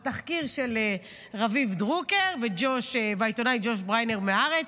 בתחקיר של רביב דרוקר והעיתונאי ג'וש בריינר מהארץ.